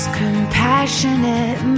compassionate